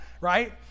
right